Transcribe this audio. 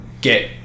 get